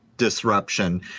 Disruption